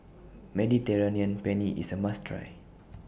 Mediterranean Penne IS A must Try